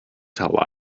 tell